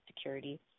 security